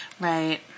Right